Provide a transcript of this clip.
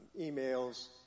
emails